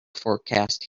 forecast